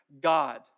God